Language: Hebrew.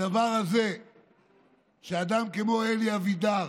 הדבר הזה שאדם כמו אלי אבידר,